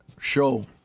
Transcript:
show